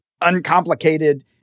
uncomplicated